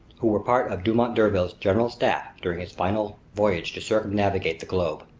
who were part of dumont d'urville's general staff during his final voyage to circumnavigate the globe.